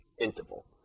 interval